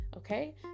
okay